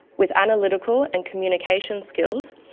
with analytical and communication skills,